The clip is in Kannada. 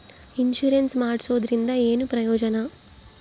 ಇನ್ಸುರೆನ್ಸ್ ಮಾಡ್ಸೋದರಿಂದ ಏನು ಪ್ರಯೋಜನ?